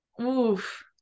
Oof